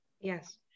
Yes